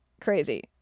Crazy